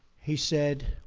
he said,